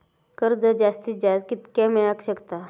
कर्ज जास्तीत जास्त कितक्या मेळाक शकता?